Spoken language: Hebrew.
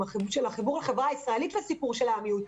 גם החיבור של החברה הישראלית לסיפור של העם היהודי,